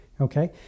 Okay